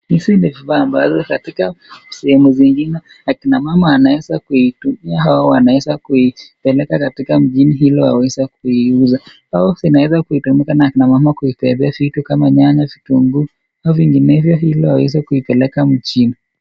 Vifaa ambavyo katika sehemu zingine akina mama wanaweza kuitumia au kupeleka mjini ili kuuza. Zinaweza tumika na akima mama kuibebea vitu kama vile nyanya , vitunguu au vinginevyo ili wapeleke mjini.